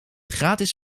gratis